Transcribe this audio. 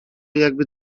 jakby